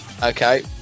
Okay